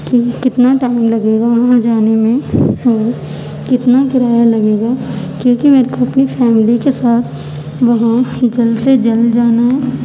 کہ کتنا ٹائم لگے گا وہاں جانے میں اور کتنا کرایہ لگے گا کیونکہ میرے کو اپنی فیملی کے ساتھ وہاں جلد سے جلد جانا ہے